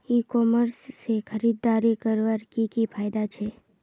ई commerce से खरीदारी करवार की की फायदा छे?